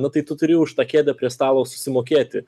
na tai tu turi už tą kėdę prie stalo susimokėti